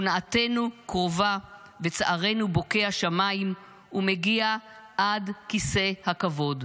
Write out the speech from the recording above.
אונאתנו קרובה וצערנו בוקע שמיים ומגיע עד כיסא הכבוד".